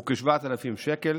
הוא כ-7,000 שקל.